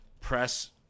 press –